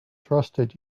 trusted